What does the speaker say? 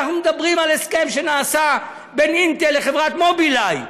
אנחנו מדברים על הסכם שנעשה בין "אינטל" לחברת "מובילאיי",